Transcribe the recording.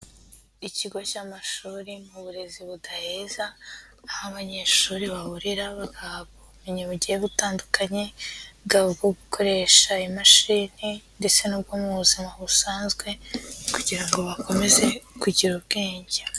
Ikigo cy'amashuri mu burezi budaheza, aho abanyeshuri bahurira, bagahabwa ubumenyi bugiye gutandukanye, bwaba ubwo gukoresha imashini ndetse n'ubwo mu buzima busanzwe, kugira ngo bakomeze kugira ubwenge.